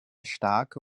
starke